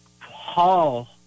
Paul